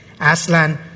Aslan